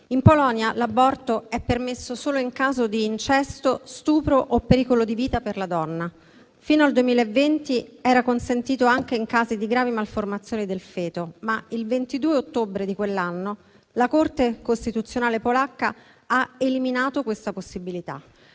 In Polonia l’aborto è permesso solo in caso di incesto, stupro o pericolo di vita per la donna. Fino al 2020 era consentito anche in casi di gravi malformazioni del feto, ma il 22 ottobre di quell’anno la Corte costituzionale polacca ha eliminato questa possibilità.